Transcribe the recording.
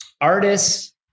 Artists